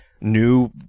new